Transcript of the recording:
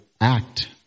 act